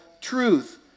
truth